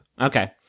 Okay